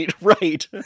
Right